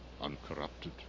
uncorrupted